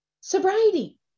sobriety